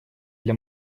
для